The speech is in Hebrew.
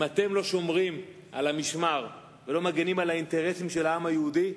אם אתם לא עומדים על המשמר ולא מגינים על האינטרסים של העם היהודי,